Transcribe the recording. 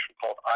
called